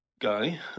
guy